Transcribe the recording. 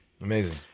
Amazing